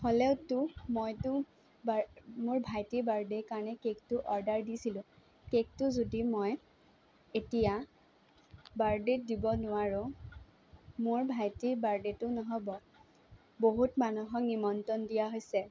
হ'লেওতো মইতো মোৰ ভাইটিৰ বাৰ্থডে' কাৰণে কেকটো অৰ্ডাৰ দিছিলোঁ কেকটো যদি মই এতিয়া বাৰ্থডে'ত দিব নোৱাৰোঁ মোৰ ভাইটিৰ বাৰ্থডেটো নহ'ব বহুত মানুহক নিমন্ত্ৰণ দিয়া হৈছে